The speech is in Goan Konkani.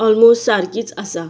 ऑल्मोसट सारकीच आसा